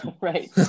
Right